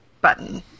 button